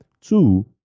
Two